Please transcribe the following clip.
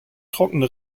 trockene